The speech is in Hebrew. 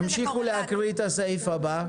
תקראו את הסעיף הבא.